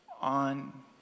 on